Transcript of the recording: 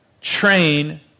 train